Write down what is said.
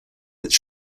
its